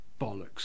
bollocks